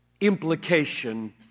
implication